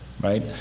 right